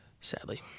sadly